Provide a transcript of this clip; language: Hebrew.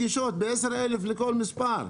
ב-10,000 לכל מספר,